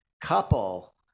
couple